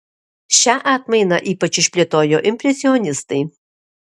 šią atmainą ypač išplėtojo impresionistai